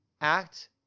act